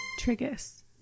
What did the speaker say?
Trigus